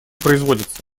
производится